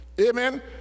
amen